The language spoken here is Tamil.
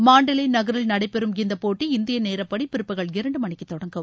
மண்டாலே நகரில் நடைபெறும் இந்தப்போட்டி இந்திய நேரப்படி பிற்பகல் இரண்டு மணிக்கு தொடங்கும்